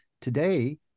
today